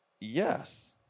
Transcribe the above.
yes